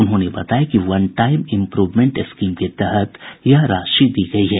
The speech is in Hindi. उन्होंने बताया कि वन टाईम इम्प्रूवमेंट स्कीम के तहत यह राशि दी गयी है